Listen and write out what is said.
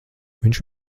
viņš